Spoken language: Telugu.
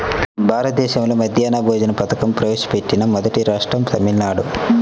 భారతదేశంలో మధ్యాహ్న భోజన పథకం ప్రవేశపెట్టిన మొదటి రాష్ట్రం తమిళనాడు